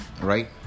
right